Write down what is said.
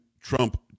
Trump